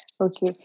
Okay